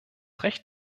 recht